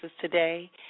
today